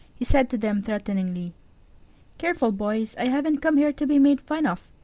he said to them threateningly careful, boys, i haven't come here to be made fun of.